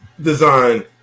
design